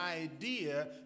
idea